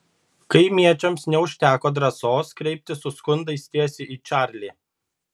kaimiečiams neužteko drąsos kreiptis su skundais tiesiai į čarlį